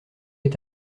est